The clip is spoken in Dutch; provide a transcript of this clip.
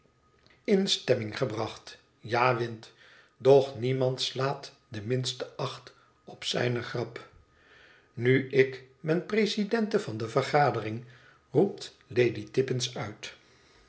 in stemming gebracht i ja wint doch niemand slaat de minste acht op zijne grap nu ik ben presidente van de vergadering roept lady tippins uit